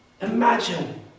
Imagine